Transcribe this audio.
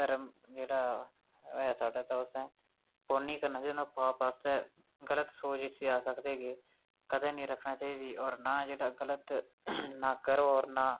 धर्म जेह्ड़ा ऐ साढ़ा तां असें पुन्न ही करना चाहिदा पाप आस्तै गलत सोच जिसी अस आखदे के कदें नी रक्खना चाहिदी होर ना जेह्ड़ा गलत ना करो होर ना